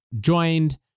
joined